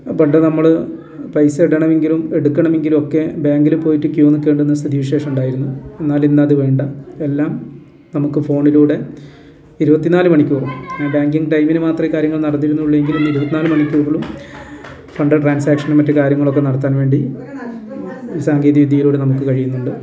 പണ്ട് നമ്മള് പൈസ ഇടണമെങ്കിലും എടുക്കണമെങ്കിലും ഒക്കെ ബാങ്കില് പോയിട്ട് ക്യൂ നിൽക്കേണ്ടുന്ന സ്ഥിതി വിശേഷം ഉണ്ടായിരുന്നു എന്നാലിന്നത് വേണ്ട എല്ലാം നമുക്ക് ഫോണിലൂടെ ഇരുപത്തിന്നാല് മണിക്കൂറും ബാങ്കിങ്ങ് ടൈമിന് മാത്രമെ കാര്യങ്ങൾ നടന്നിരുന്നുള്ളുയെങ്കിലും ഇരുപതിനാല് മണിക്കൂറിലും ഫണ്ട് ട്രാൻസാക്ഷനും മറ്റു കാര്യങ്ങളൊക്കെ നടത്താൻ വേണ്ടി സാങ്കേതിക വിദ്യയിലൂടെ നമുക്ക് കഴിയുന്നുണ്ട്